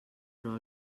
però